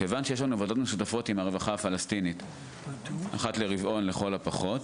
כיוון שיש לנו ועדות משותפות עם הרווחה הפלסטינית אחת לרבעון לכל הפחות,